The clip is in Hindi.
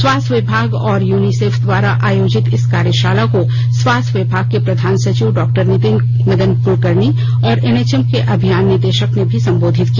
स्वास्थ्य विभाग और यूनिसेफ द्वारा आयोजित इस कार्यशाला कों स्वास्थ्य विभाग के प्रधान सचिव डॉ नितिन मदन कुलकर्णी और एनएचएम के अभियान निदेशक ने भी संबोधित किया